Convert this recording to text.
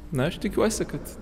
na aš tikiuosi kad